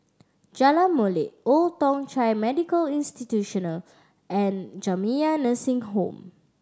Jalan Molek Old Thong Chai Medical Institutional and Jamiyah Nursing Home